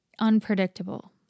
Unpredictable